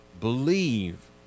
believe